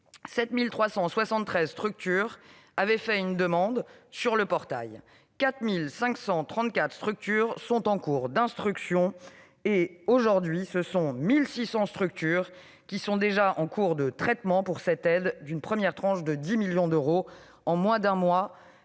7 373 structures avaient fait une demande sur le portail ; 4 534 dossiers sont en cours d'instruction, et, aujourd'hui, ce sont 1 600 dossiers qui sont déjà en cours de traitement pour cette aide d'une première tranche de 10 millions d'euros. Ce mouvement